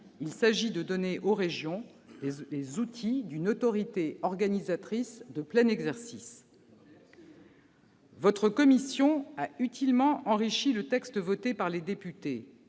il s'agit de donner aux régions les outils d'une autorité organisatrice de plein exercice. Votre commission a utilement enrichi sur ce point le texte adopté par les députés,